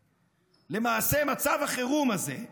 למעשה, מצב החירום הזה,